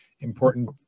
important